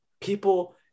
people